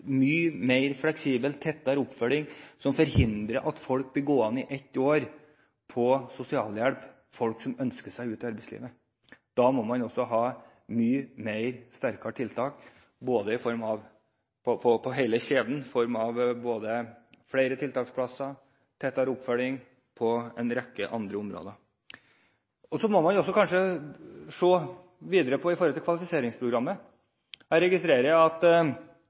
mye mer fleksibel og tettere oppfølging som forhindrer at folk som ønsker seg ut i arbeidslivet, blir gående i ett år på sosialhjelp. Da må man også ha mye sterkere tiltak i hele kjeden i form av både flere tiltaksplasser og tettere oppfølging på en rekke andre områder. Man må kanskje også se videre på kvalifiseringsprogrammet. Jeg har registrert at da det kom i 2007, sa Bjarne Håkon Hanssen at